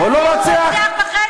הוא רוצח וחצי.